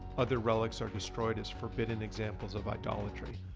other relics are destroyed as forbidden examples of idolatry.